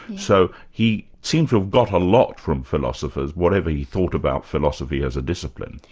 so he seemed to have got a lot from philosophers, whatever he thought about philosophy as a discipline.